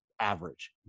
average